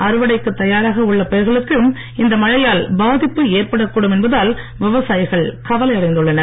அறுவடைக்கு தயாராக உள்ள பயிர்களுக்கு இந்த மழையால் பாதிப்பு ஏற்படக்கூடும் என்பதால் விவசாயிகள் கவலை அடைந்துள்ளனர்